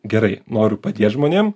gerai noriu padėt žmonėm